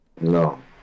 No